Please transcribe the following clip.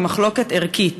היא מחלוקת ערכית,